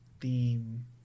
theme